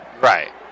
Right